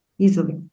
easily